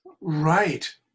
Right